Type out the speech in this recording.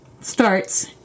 starts